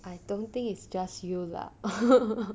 I don't think it's just you lah